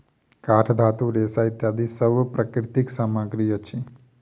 काठ, धातु, रेशा इत्यादि सब प्राकृतिक सामग्री अछि